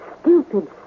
stupid